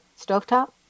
stovetop